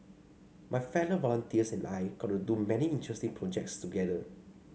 my fellow volunteers and I got to do many interesting projects together